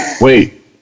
wait